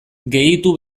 gehitu